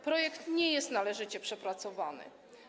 Projekt nie jest należycie przepracowany.